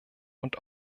und